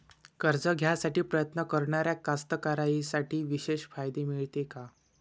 कर्ज घ्यासाठी प्रयत्न करणाऱ्या कास्तकाराइसाठी विशेष फायदे मिळते का?